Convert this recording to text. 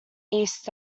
east